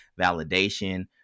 validation